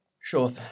Sure